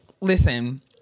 listen